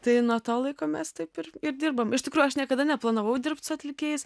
tai nuo to laiko mes taip ir ir dirbam iš tikrųjų aš niekada neplanavau dirbt su atlikėjais